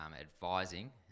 advising